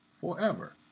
forever